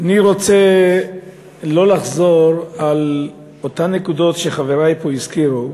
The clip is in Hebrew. אני לא רוצה לחזור על אותן נקודות שחברי פה הזכירו,